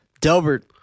Delbert